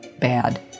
bad